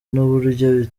n’uburyo